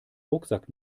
rucksack